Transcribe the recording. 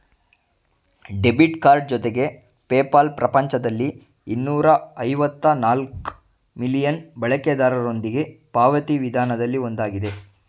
debit card ಜೊತೆಗೆ PayPal ಪ್ರಪಂಚದಲ್ಲಿ ಇನ್ನೂರ ಐವತ್ತ ನಾಲ್ಕ್ ಮಿಲಿಯನ್ ಬಳಕೆದಾರರೊಂದಿಗೆ ಪಾವತಿ ವಿಧಾನದಲ್ಲಿ ಒಂದಾಗಿದೆ